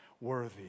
worthy